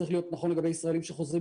זה צריך להיות נכון לגבי ישראלים שחוזרים